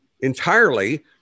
entirely